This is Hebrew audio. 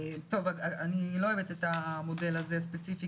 אני לא אוהבת את המודל הספציפי הזה.